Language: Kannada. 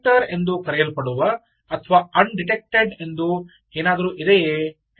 ಡಿಟೆಕ್ಟರ್ ಎಂದು ಕರೆಯಲ್ಪಡುವ ಅಥವಾ ಅನ್ ಡಿಟೆಕ್ಟೆಡ್ ಎಂದು ಏನಾದರೂ ಇದೆಯೇ